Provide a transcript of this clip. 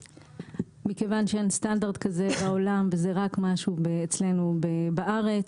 מכיוון שאין סטנדרט כזה בעולם וזה רק אצלנו בארץ,